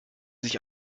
sich